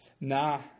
Nah